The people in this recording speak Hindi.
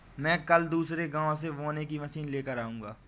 मैं कल दूसरे गांव से बोने की मशीन लेकर आऊंगा